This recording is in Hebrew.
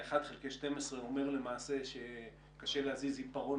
ה-1 חלקי 12 אומר למעשה שקשה להזיז עיפרון